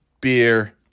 Beer